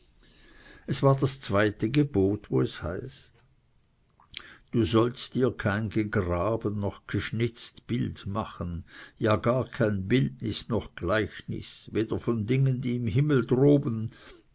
es war das zweite gebot wo es heißt du sollst dir kein gegraben noch geschnitzt bild machen ja gar kein bildnis noch gleichnis weder von dingen die im himmel droben